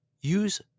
use